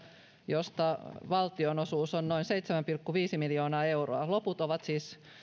josta valtion osuus on noin seitsemän pilkku viisi miljoonaa euroa loput ovat siis